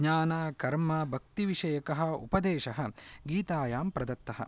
ज्ञानकर्मभक्तिविषयकः उपदेशः गीतायां प्रदत्तः